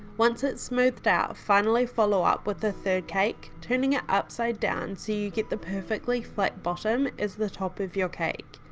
once it's smoothed out finally follow up with the third cake, turning ah upside down so you get the perfectly flat bottom as the top of the cake.